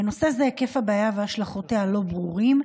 בנושא זה היקף הבעיה והשלכותיה לא ברורים.